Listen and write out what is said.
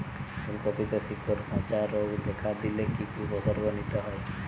ফুলকপিতে শিকড় পচা রোগ দেখা দিলে কি কি উপসর্গ নিতে হয়?